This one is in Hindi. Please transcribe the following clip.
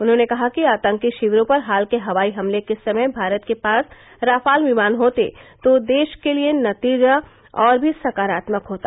उन्होंने कहा कि आतंकी शिविरों पर हाल के हवाई हमले के समय भारत के पास राफाल विमान होते तो देश के लिए नतीजा और भी सकारात्मक होता